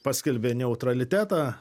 paskelbė neutralitetą